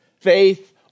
faith